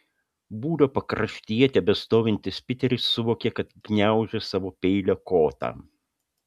būrio pakraštyje tebestovintis piteris suvokė kad gniaužia savo peilio kotą